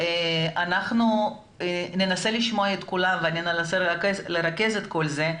אנחנו ננסה לשמוע את כולם ואני אנסה לרכז את כל זה.